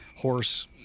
horse